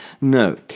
No